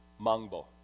Mangbo